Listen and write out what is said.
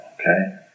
okay